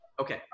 Okay